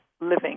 living